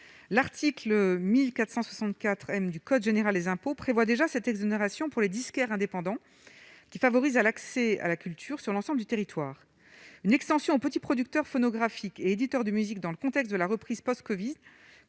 l'article 1464 M du code général des impôts prévoit déjà cette exonération pour les disquaires indépendants qui favorise à l'accès à la culture sur l'ensemble du territoire une extension aux petits producteurs phonographiques et éditeurs de musique, dans le contexte de la reprise post-Covid